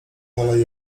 dalej